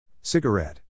Cigarette